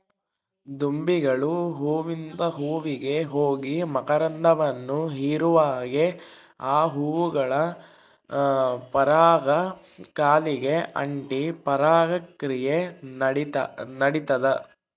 ದುಂಬಿಗಳು ಹೂವಿಂದ ಹೂವಿಗೆ ಹೋಗಿ ಮಕರಂದವನ್ನು ಹೀರುವಾಗೆ ಆ ಹೂಗಳ ಪರಾಗ ಕಾಲಿಗೆ ಅಂಟಿ ಪರಾಗ ಕ್ರಿಯೆ ನಡಿತದ